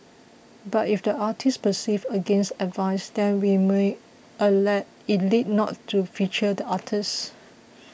but if the artist persists against advice then we may elect not to feature the artist